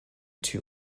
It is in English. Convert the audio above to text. too